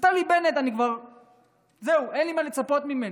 נפתלי בנט, זהו, אין לי מה לצפות ממנו.